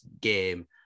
game